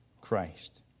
Christ